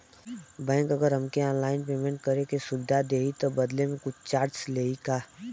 Bank अगर हमके online payment करे के सुविधा देही त बदले में कुछ चार्जेस लेही का?